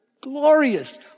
glorious